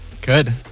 Good